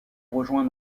rejoint